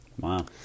Wow